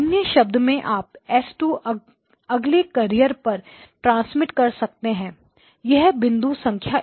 अन्य शब्दों में आप S2 अगले कैरियर पर ट्रांसमिट कर सकते हैं यह बिंदु संख्या एक है